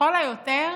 לכל היותר